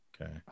Okay